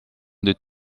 des